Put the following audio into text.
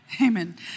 Amen